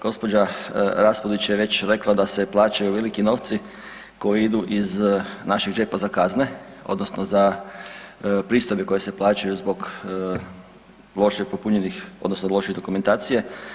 Gospođa Raspudić je već rekla da se plaćaju veliki novci koji idu iz našeg džepa za kazne odnosno za pristojbe koje se plaćaju zbog loše popunjenih odnosno loše dokumentacije.